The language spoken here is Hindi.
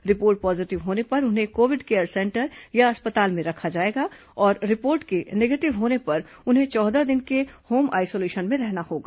रिपोर्ट पॉजीटिव होने पर उन्हें कोविड केयर सेंटर या अस्पताल में रखा जाएगा और रिपोर्ट के निगेटिव होने पर उन्हें चौदह दिन के होम आइसोलेशन में रहना होगा